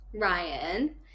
Ryan